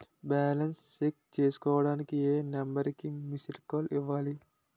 Balance check చేసుకోవటానికి ఏ number కి మిస్డ్ కాల్ ఇవ్వాలి?